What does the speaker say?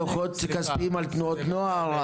--- ביקשנו דו"חות כספיים על תנועות נוער,